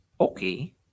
okay